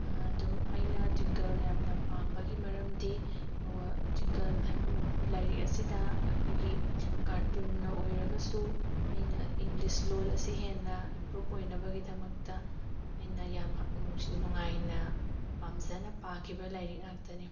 ꯑꯗꯨ ꯑꯩꯅ ꯇ꯭ꯋꯤꯡꯀꯜ ꯌꯥꯝꯅ ꯄꯥꯝꯕꯒꯤ ꯃꯔꯝꯗꯤ ꯇ꯭ꯋꯤꯡꯀꯜ ꯍꯥꯏꯕ ꯂꯥꯏꯔꯤꯛ ꯑꯁꯤꯗ ꯑꯩꯈꯣꯏꯒꯤ ꯀꯥꯔꯇꯨꯟꯅ ꯑꯣꯏꯔꯒꯁꯨ ꯑꯩꯅ ꯏꯪꯂꯤꯁ ꯂꯣꯟ ꯑꯁꯤ ꯍꯦꯟꯅ ꯏꯝꯄ꯭ꯔꯨꯞ ꯑꯣꯏꯅꯕꯒꯤꯗꯃꯛꯇ ꯑꯩꯅ ꯌꯥꯝ ꯅꯨꯡꯉꯥꯏꯅ ꯄꯥꯝꯖꯅ ꯄꯥꯈꯤꯕ ꯂꯥꯏꯔꯤꯛ ꯉꯥꯛꯇꯅꯤ